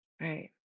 right